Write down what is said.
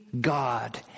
God